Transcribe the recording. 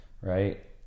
right